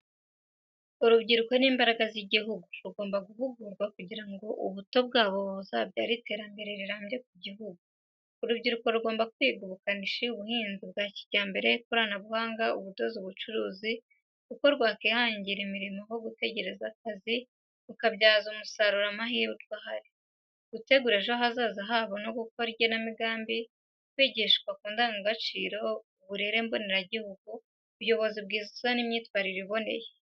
Urubyiruko ni imbaraga z'igihugu, rugomba guhugurwa kugira ngo ubuto bwabo buzabyare iterambere rirambye ku gihugu. Urubyiruko rugomba kwiga ubukanishi, ubuhinzi bwa kijyambere, ikoranabuhanga, ubudozi, ubucuruzi, uko rwakwihangira imirimo aho gutegereza akazi rukabyaza umusaruro amahirwe ahari, gutegura ejo hazaza habo no gukora igenamigambi, kwigishwa ku ndangagaciro, uburere mboneragihugu, ubuyobozi bwiza n’imyitwarire iboneye.